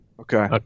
Okay